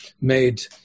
made